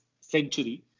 century